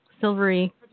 silvery